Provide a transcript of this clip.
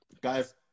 guys